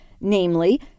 namely